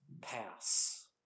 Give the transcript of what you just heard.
Pass